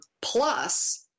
Plus